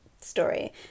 story